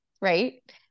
right